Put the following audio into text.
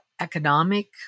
economic